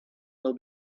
will